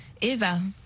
Eva